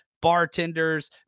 bartenders